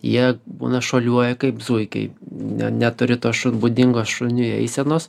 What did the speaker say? jie būna šuoliuoja kaip zuikiai ne neturi tos šun būdingos šuniui eisenos